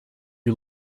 you